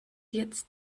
jetzt